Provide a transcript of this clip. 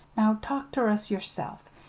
now talk ter us yer self.